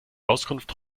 auskunft